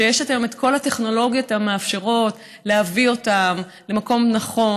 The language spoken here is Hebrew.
שיש היום את כל הטכנולוגיות המאפשרות להביא אותם למקום נכון